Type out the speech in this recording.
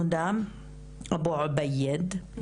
הודא אבו עבייד.